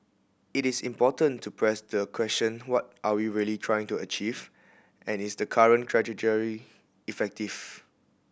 it is important to press the question what are we really trying to achieve and is the current trajectory effective